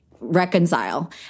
reconcile